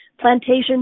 plantation